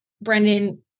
Brendan